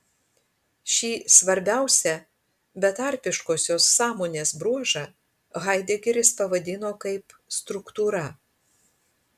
šį svarbiausią betarpiškosios sąmonės bruožą haidegeris pavadino kaip struktūra